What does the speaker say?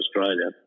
Australia